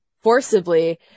forcibly